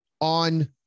on